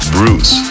Bruce